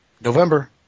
November